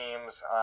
teams